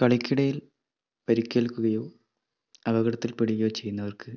കളിക്കിടയിൽ പരിക്കേൽക്കുകയോ അപകടത്തിൽപ്പെടുകയോ ചെയ്യുന്നവർക്ക്